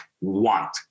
want